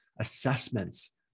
assessments